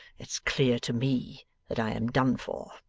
it's clear to me that i am done for.